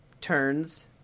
turns